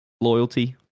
loyalty